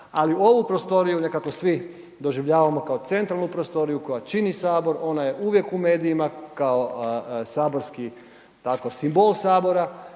ali ovu prostoriju nekako svi doživljavamo kao centralnu prostoriju koja čini HS, ona je uvijek u medijima kao saborski